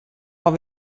har